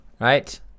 Right